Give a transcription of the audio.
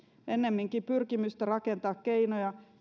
ennemminkin pyrkimystä rakentaa keinoja